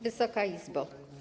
Wysoka Izbo!